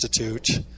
Institute